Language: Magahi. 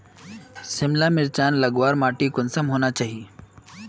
सिमला मिर्चान लगवार माटी कुंसम होना चही?